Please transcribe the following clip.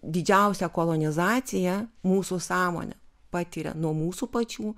didžiausią kolonizaciją mūsų sąmonė patiria nuo mūsų pačių